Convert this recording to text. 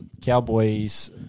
Cowboys